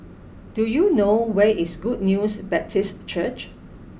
do you know where is Good News Baptist Church